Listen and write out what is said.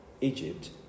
Egypt